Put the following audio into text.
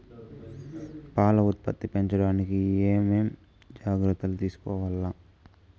పాల ఉత్పత్తి పెంచడానికి ఏమేం జాగ్రత్తలు తీసుకోవల్ల?